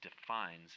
defines